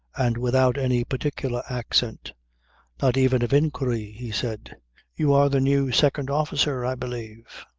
and without any particular accent not even of inquiry he said you are the new second officer, i believe.